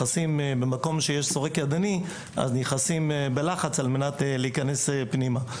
במקום בו יש סורק ידני נכנסים בלחץ על מנת להיכנס פנימה.